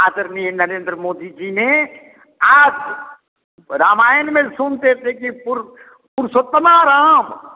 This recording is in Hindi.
आदरणीय नरेंदर मोदी जी ने आप रामायण में सुनते थे कि पुर पुरषोत्तमा राम